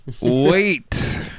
wait